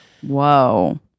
Whoa